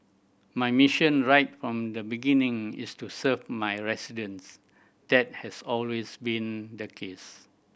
my mission right from the beginning is to serve my residents that has always been the case